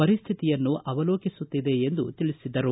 ಪರಿಸ್ಟಿತಿಯನ್ನು ಅವಲೋಕಿಸುತ್ತಿದೆ ಎಂದು ತಿಳಿಸಿದರು